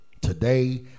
today